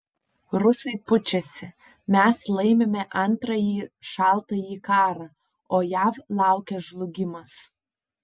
rusai pučiasi mes laimime antrąjį šaltąjį karą o jav laukia žlugimas